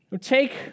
Take